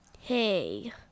Hey